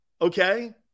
Okay